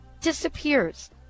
disappears